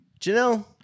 Janelle